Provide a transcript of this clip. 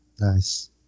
Nice